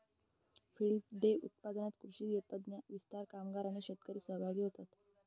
field day उपक्रमात कृषी तज्ञ, विस्तार कामगार आणि शेतकरी सहभागी होतात